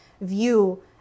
view